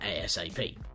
ASAP